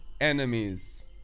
enemies